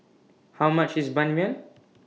How much IS Ban Mian